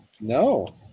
No